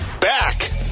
Back